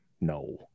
No